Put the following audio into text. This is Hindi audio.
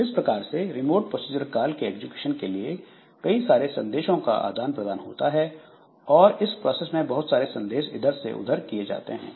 इस प्रकार से रिमोट प्रोसीजर कॉल के एग्जीक्यूशन के लिए कई सारे संदेशों का आदान प्रदान होता है और इस प्रोसेस में बहुत सारे संदेश इधर से उधर किए जाते हैं